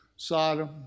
Sodom